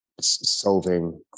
solving